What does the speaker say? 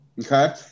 okay